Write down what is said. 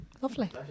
lovely